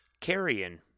Carrion